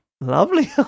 Lovely